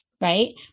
right